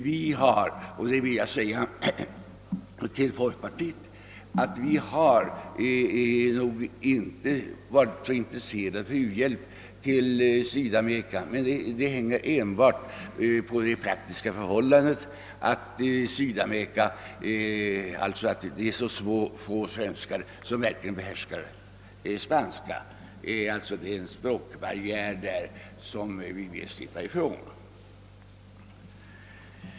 Vi har, det vill jag särskilt framhålla för folkpartiet, nog inte varit så intresserade för u-hjälp. till Sydamerika, men detta beror endast på det praktiska förhållandet att så få svenskar verkligen behärskar spanska. Det rör sig alltså om en språkbarriär som vi vill slippa ifrån.